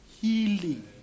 healing